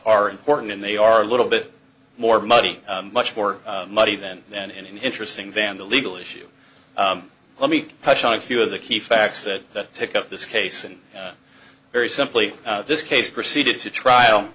are important and they are a little bit more money much more money then then in an interesting van the legal issue let me touch on a few of the key facts that take up this case and very simply this case proceeded to trial